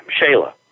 Shayla